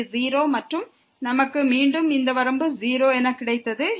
இது 0 மற்றும் நமக்கு மீண்டும் இந்த வரம்பு 0 என கிடைத்தது